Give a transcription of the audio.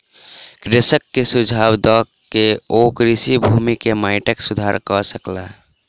कृषक के सुझाव दय के ओ कृषि भूमि के माइटक सुधार कय सकला